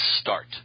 start